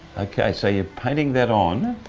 okay, so you're painting that on,